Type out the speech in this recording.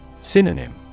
Synonym